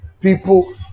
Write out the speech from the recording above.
people